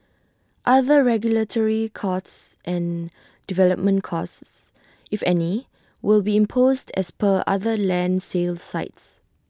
other regulatory costs and development costs if any will be imposed as per other land sales sites